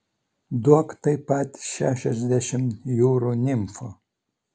duok taip pat šešiasdešimt jūrų nimfų